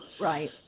Right